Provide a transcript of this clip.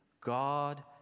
God